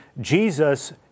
Jesus